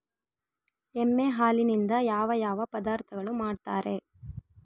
ಎಮ್ಮೆ ಹಾಲಿನಿಂದ ಯಾವ ಯಾವ ಪದಾರ್ಥಗಳು ಮಾಡ್ತಾರೆ?